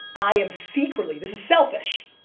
i am secretly, this is selfish,